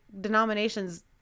denominations